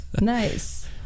nice